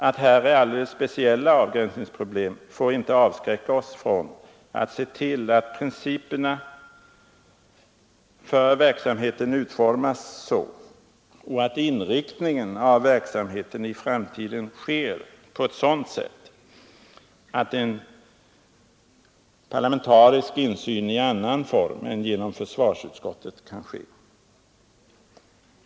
Att här finns alldeles speciella avgränsningsproblem får inte avskräcka oss från att se till att principerna för verksamheten utformas så och att inriktningen av verksamheten i framtiden bestämmes på ett sådant sätt att en parlamentarisk insyn i annan form än genom försvarsutskottet garanteras.